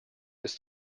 ist